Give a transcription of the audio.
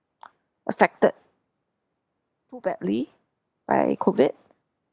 affected too badly by COVID